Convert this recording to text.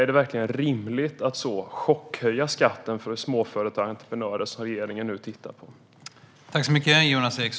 Är det verkligen rimligt att chockhöja skatten för småföretag och entreprenörer så som regeringen nu överväger att göra?